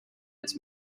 its